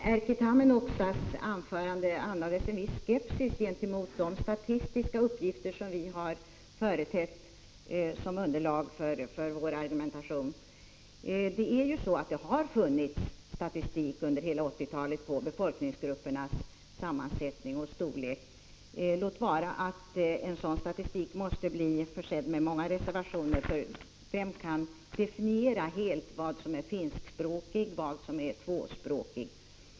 Herr talman! Erkki Tammenoksas anförande andades en viss skepsis gentemot de statistiska uppgifter som vi har företett som underlag för vår argumentation. Det har funnits statistik under hela 1980-talet över befolkningsgruppernas sammansättning och storlek, låt vara att en sådan statistik måste bli försedd med många reservationer — för vem kan helt klart definiera vem som skall anses vara finskspråkig eller som skall anses vara tvåspråkig?